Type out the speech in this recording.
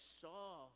saw